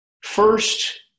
First